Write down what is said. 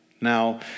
Now